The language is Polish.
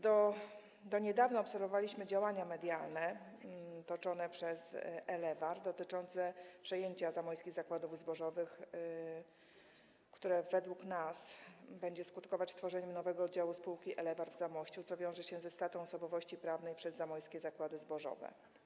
Do niedawna obserwowaliśmy działania medialne prowadzone przez Elewarr dotyczące przejęcia Zamojskich Zakładów Zbożowych, które według nas będzie skutkować stworzeniem nowego oddziału spółki Elewarr w Zamościu, co wiąże się ze stratą osobowości prawnej przez Zamojskie Zakłady Zbożowe.